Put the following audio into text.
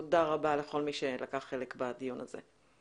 תודה רבה לכל מי שלקח חלק בדיון הזה.